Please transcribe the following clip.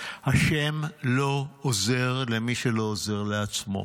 השם לא עוזר למי שלא עוזר לעצמו,